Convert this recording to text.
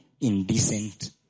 Indecent